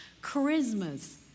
Charisma's